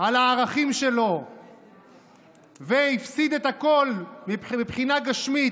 על הערכים שלו והפסיד את הכול מבחינה גשמית,